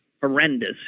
horrendous